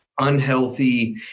unhealthy